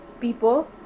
people